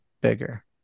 bigger